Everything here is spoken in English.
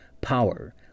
power